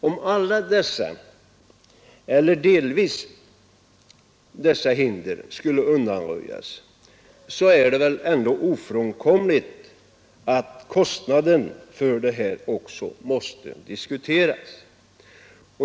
Om dessa hinder helt eller delvis skulle undanröjas är det ofrånkomligt att kostnaderna härför måste diskuteras.